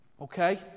Okay